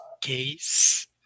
case